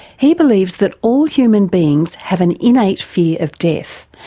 he believes that all human beings have an innate fear of death,